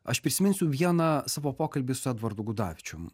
aš prisiminsiu vieną savo pokalbį su edvardu gudavičium